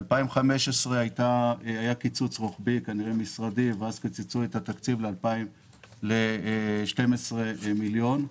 ב-2015 היה קיצוץ רוחבי ואז קיצצו את התקציב ל-12 מיליון שקל,